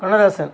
Kannadasan